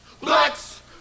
blacks